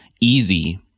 easy